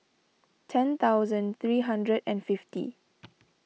ten thousand three hundred and fifty